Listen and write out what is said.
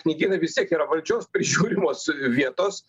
knygynai vis tiek yra valdžios prižiūrimos vietos